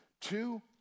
Two